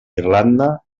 irlanda